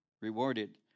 rewarded